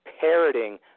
parroting